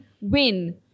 win